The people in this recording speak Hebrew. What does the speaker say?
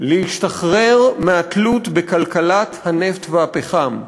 להשתחרר מהתלות בכלכלת הנפט והפחם,